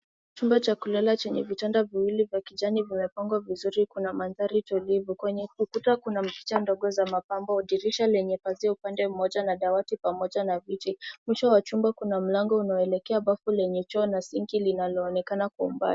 Chumba cha kulala chenye vitanda viwili vya kijani vimepangwa vizuri. Kuna mandhari tulivu kwenye ukuta kuna picha ndogo za mapambo, dirisha lenye pazia upande mmoja na dawati pamoja na viti. Mwisho wa chumba kuna mlango unaoelekea bafu lenye choo na sinki linaloonekana kwa umbali.